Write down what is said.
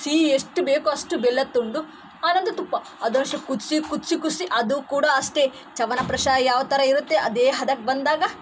ಸಿಹಿ ಎಷ್ಟು ಬೇಕೋ ಅಷ್ಟು ಬೆಲ್ಲ ತುಂಡು ಆನಂತರ ತುಪ್ಪ ಅದಷ್ಟು ಕುದಿಸಿ ಕುದಿಸಿ ಕುದಿಸಿ ಅದು ಕೂಡ ಅಷ್ಟೇ ಚವನಪ್ರಾಶ್ ಯಾವ ಥರ ಇರುತ್ತೆ ಅದೇ ಹದಕ್ಕೆ ಬಂದಾಗ